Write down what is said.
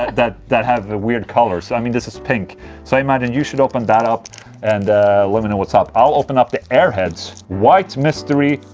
that that have weird colors, i mean, this is pink so i imagine you should open that up and let me know what's ah up i'll open up the airheads white mystery,